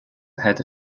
ahead